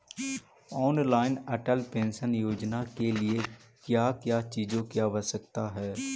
Online Atal pension Yojana के लिए क्या क्या चीजों की आवश्यकता है?